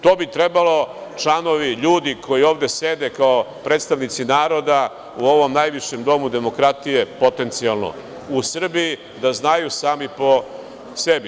To bi trebalo članovi, ljudi koji ovde sede kao predstavnici naroda u ovom najvišem domu demokratije, potencijalno, u Srbiji da znaju sami po sebi.